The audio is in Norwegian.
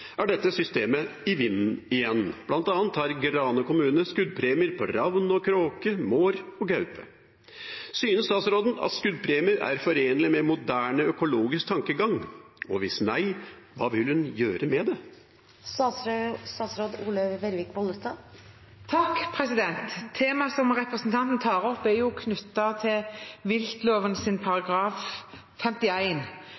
er dette systemet i vinden igjen. Blant annet har Grane kommune skuddpremier på ravn, kråke, mår og gaupe. Synes statsråden at skuddpremier er forenlig med moderne, økologisk tankegang, og hvis nei – hva vil hun gjøre med det?» Temaet som representanten tar opp, er knyttet til viltloven